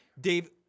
Dave